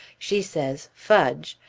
she says fudge!